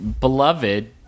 beloved